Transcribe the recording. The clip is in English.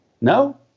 No